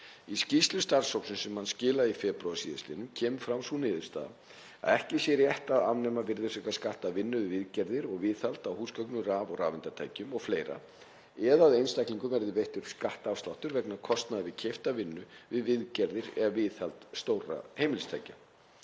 Í skýrslu starfshópsins sem hann skilaði í febrúar síðastliðnum kemur fram sú niðurstaða að ekki sé rétt að afnema virðisaukaskatt af vinnu við viðgerðir og viðhald á húsgögnunum, raf- og rafeindatækjum o.fl., eða að einstaklingum verði veittur skattafsláttur vegna kostnaðar við keypta vinnu við viðgerðir eða viðhald stórra heimilistækja.